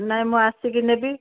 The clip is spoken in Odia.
ନାଇଁ ମୁଁ ଆସିକି ନେବି